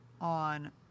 on